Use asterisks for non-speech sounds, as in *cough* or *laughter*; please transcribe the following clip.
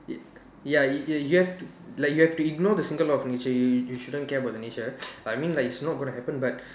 *noise* ya you you have like you have to ignore the single law of nature you you shouldn't care about the nature I mean like it's not going to happen but